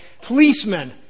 policemen